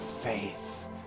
faith